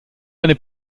eine